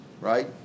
right